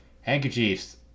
Handkerchiefs